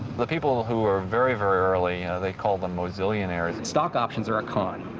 the people who were very, very early, they call them mozillionaires. stock options are a con.